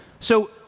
so